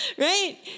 right